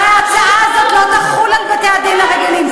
הרי ההצעה הזאת לא תחול על בתי-הדין הרגילים.